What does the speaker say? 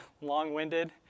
long-winded